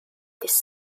this